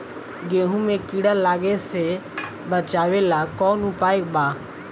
गेहूँ मे कीड़ा लागे से बचावेला कौन उपाय बा?